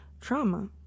trauma